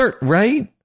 right